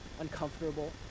uncomfortable